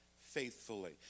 faithfully